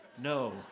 No